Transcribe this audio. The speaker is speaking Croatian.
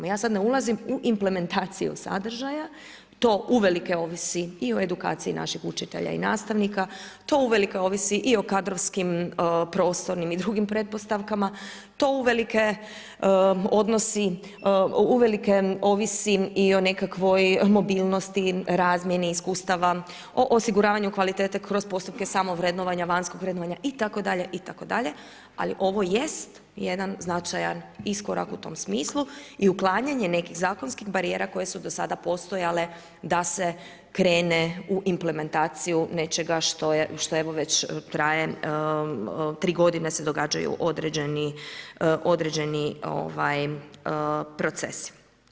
Ja sada ne ulazim u implementaciju sadržaja, to uvelike ovisi i o edukaciji naših učitelja i nastavnika, to uvelike ovisi i o kadrovskim prostornim i drugim pretpostavkama, to uvelike ovisi i o nekakvoj mobilnosti, razmjeni iskustava, o osiguranju kvalitete kroz postupke samo vrednovanja, vanjskog vrednovanja itd., itd., ali ovo jest jedan značajan iskorak u tom smislu i uklanjanje nekih zakonskih barijera koje su do sada postojale da se krene u implementaciju nečega što je traje tri godine se događaju određeni procesi.